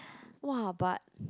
!wah! but